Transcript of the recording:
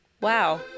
Wow